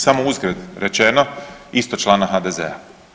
Samo uzgred rečeno isto člana HDZ-a.